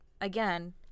again